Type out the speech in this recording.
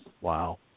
Wow